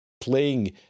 playing